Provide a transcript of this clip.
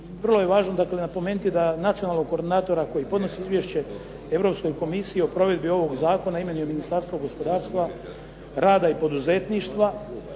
vrlo je važno napomenuti da nacionalnog koordinatora koji podnosi izvješće Europskoj komisiji o provedbi ovog zakona imenuje Ministarstvo gospodarstva, rada i poduzetništva